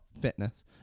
fitness